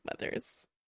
mothers